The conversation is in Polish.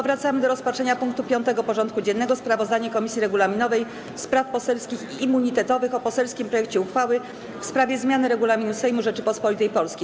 Powracamy do rozpatrzenia punktu 5. porządku dziennego: Sprawozdanie Komisji Regulaminowej, Spraw Poselskich i Immunitetowych o poselskim projekcie uchwały w sprawie zmiany Regulaminu Sejmu Rzeczypospolitej Polskiej.